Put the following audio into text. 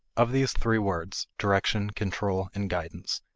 of these three words, direction, control, and guidance,